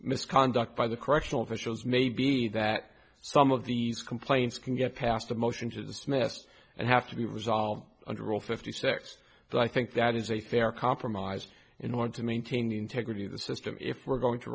misconduct by the correctional officers may be that some of these complaints can get passed a motion to dismiss and have to be resolved under rule fifty six but i think that is a fair compromised in order to maintain the integrity of the system if we're going to